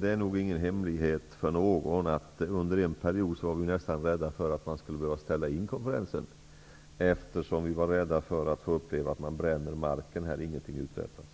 Det är ingen hemlighet för någon att vi under en period var rädda för att vi skulle behöva ställa in konferensen. Vi var rädda för att få uppleva att man bränner marken och ingenting uträttas.